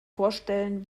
vorstellen